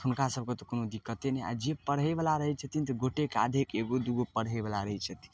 तऽ हुनकासभके तऽ कोनो दिक्कते नहि आओर जे पढ़ैवला रहै छथिन तऽ गोटे आधेके एगो दुइगो पढ़ैवला रहै छथिन